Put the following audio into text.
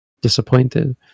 disappointed